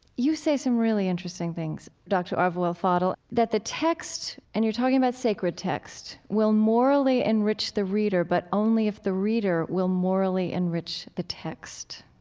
you say some really interesting things, dr. abou el fadl, that the text and you're talking about sacred text will morally enrich the reader but only if the reader will morally enrich the text.